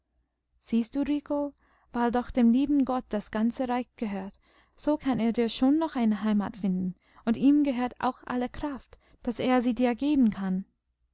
siehst du rico weil doch dem lieben gott das ganze reich gehört so kann er dir schon noch eine heimat finden und ihm gehört auch alle kraft daß er sie dir geben kann